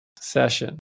session